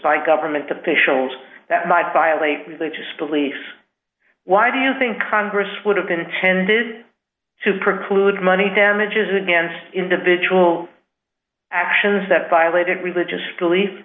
by government officials that might violate religious beliefs why do you think congress would have been tended to preclude money damages against individual actions that violated religious